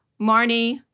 Marnie